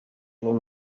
along